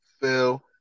phil